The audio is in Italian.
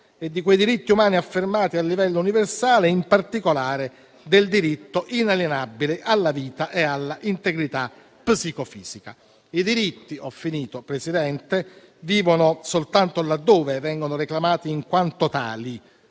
di quei diritti umani affermati a livello universale, in particolare del diritto inalienabile alla vita e alla integrità psicofisica. I diritti, però, vivono soltanto laddove vengono reclamati in quanto tali,